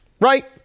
right